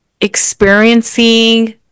Experiencing